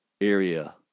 area